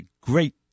great